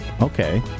Okay